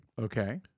okay